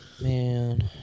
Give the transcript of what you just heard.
Man